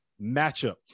matchup